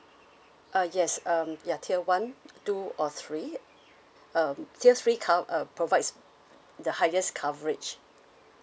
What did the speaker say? uh yes um ya tier one two or three um tier three co~ uh provides the highest coverage